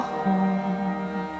home